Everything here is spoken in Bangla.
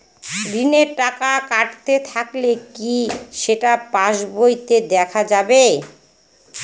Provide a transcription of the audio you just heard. ঋণের টাকা কাটতে থাকলে কি সেটা পাসবইতে দেখা যাবে?